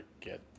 get